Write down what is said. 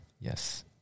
Yes